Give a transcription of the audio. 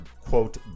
quote